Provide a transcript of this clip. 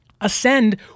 ascend